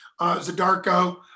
Zadarko